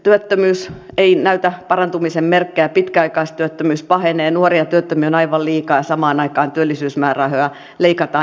työttömyys ei näytä parantumisen merkkejä pitkäaikaistyöttömyys pahenee nuoria työttömiä on aivan liikaa ja samaan aikaan työllisyysmäärärahoja leikataan